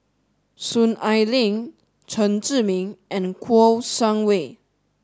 Soon Ai Ling Chen Zhiming and Kouo Shang Wei